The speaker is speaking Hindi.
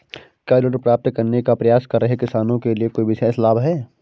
क्या ऋण प्राप्त करने का प्रयास कर रहे किसानों के लिए कोई विशेष लाभ हैं?